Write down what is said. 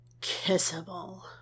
Kissable